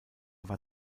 war